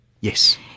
Yes